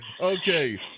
Okay